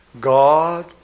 God